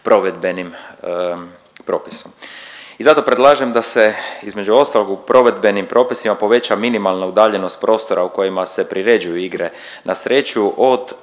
provedbenim propisom. I zato predlažem da se između ostalog u provedbenim propisima poveća minimalna udaljenost prostora u kojima se priređuju igre na sreću od